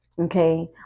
Okay